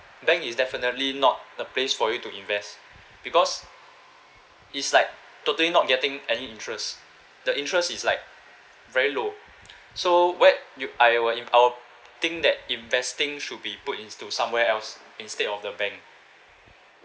bank is definitely not the place for you to invest because it's like totally not getting any interest the interest is like very low so whe~ you I would in~ I would think that investing should be put into somewhere else instead of the bank